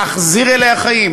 להחזיר אליה חיים,